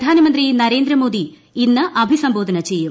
പ്രധാനമന്ത്രി നരേന്ദ്രമോദി ഇന്ന് അഭിസംബോധന ചെയ്യും